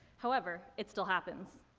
however, it still happens.